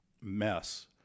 mess